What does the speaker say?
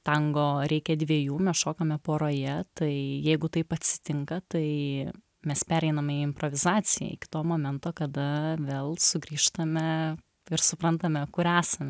tango reikia dviejų mes šokame poroje tai jeigu taip atsitinka tai mes pereiname į improvizaciją iki to momento kada vėl sugrįžtame ir suprantame kur esam